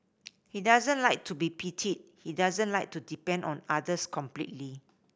he doesn't like to be pitied he doesn't like to depend on others completely